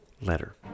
letter